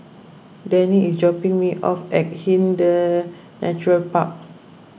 Denny is dropping me off at Hindhede Natural Park